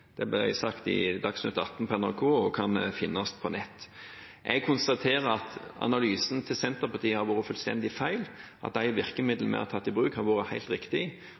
Det ble sagt i Dagsnytt atten på NRK og kan finnes på nettet. Jeg konstaterer at analysen til Senterpartiet har vært fullstendig feil, og at de virkemidlene vi har tatt i bruk, har vært